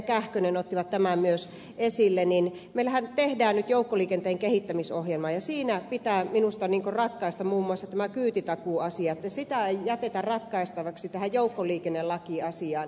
kähkönen ottivat tämän myös esille että meillähän tehdään nyt joukkoliikenteen kehittämisohjelma ja siinä pitää minusta ratkaista muun muassa tämä kyytitakuuasia että sitä ei jätetä ratkaistavaksi tähän joukkoliikennelakiasiaan